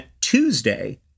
Tuesday